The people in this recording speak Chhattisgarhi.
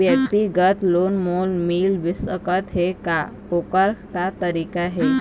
व्यक्तिगत लोन मोल मिल सकत हे का, ओकर का तरीका हे?